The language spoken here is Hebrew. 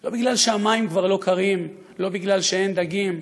לא בגלל שהמים כבר לא קרים, לא בגלל שאין דגים,